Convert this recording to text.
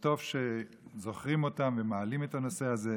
טוב שזוכרים אותם ומעלים את הנושא הזה,